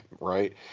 Right